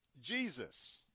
Jesus